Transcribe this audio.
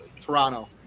Toronto